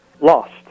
lost